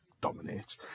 dominate